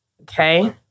Okay